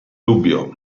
dubbio